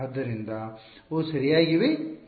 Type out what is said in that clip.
ಆದ್ದರಿಂದ ಅವು ಸರಿಯಾಗಿಯೇ ಇವೆ